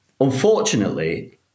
unfortunately